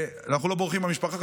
אנחנו לא בורחים מהמשפחה,